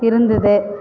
இருந்தது